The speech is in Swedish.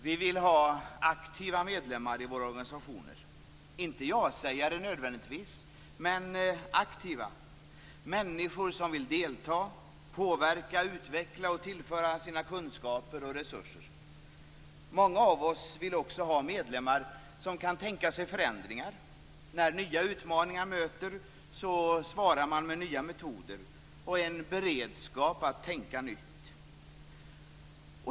Herr talman! Det är skojigare att säga ja. Vi vill ha aktiva medlemmar i våra organisationer - inte nödvändigtvis ja-sägare men aktiva, människor som vill delta, påverka, utveckla och tillföra sina kunskaper och resurser. Många av oss vill också ha medlemmar som kan tänka sig förändringar. När nya utmaningar möter svarar man med nya metoder och en beredskap att tänka nytt.